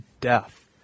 death